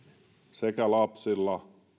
sekä lapsilla